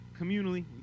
communally